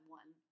one